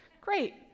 great